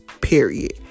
Period